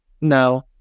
no